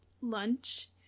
lunch